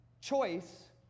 choice